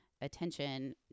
attention